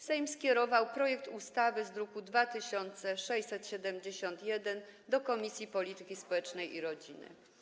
Sejm skierował projekt ustawy z druku nr 2671 do Komisji Polityki Społecznej i Rodziny.